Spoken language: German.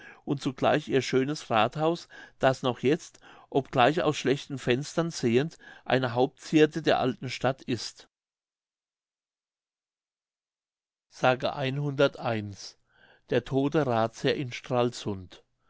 und zugleich ihr schönes rathhaus das noch jetzt obgleich aus schlechten fenstern sehend eine hauptzierde der alten stadt ist micrälius altes pommerl i s